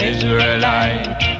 Israelite